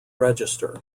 register